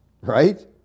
right